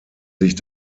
sich